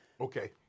Okay